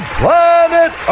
planet